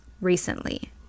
recently